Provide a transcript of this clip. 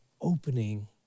opening